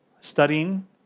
studying